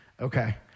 Okay